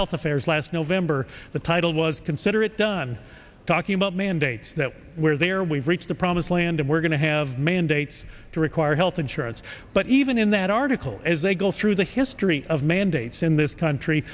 health affairs last november the title was consider it done talking about mandates that where they are we've reached the promise land and we're going to have mandates to require health insurance but even in that article as they go through the history of mandate in this country